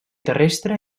terrestre